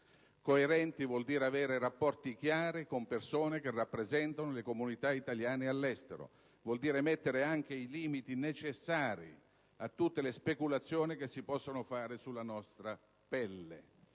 coerenti e ciò vuol dire avere rapporti chiari con persone che rappresentano le comunità italiane all'estero. Vuol dire mettere i limiti necessari a tutte le speculazioni che si possono fare sulla nostra pelle.